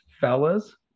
fellas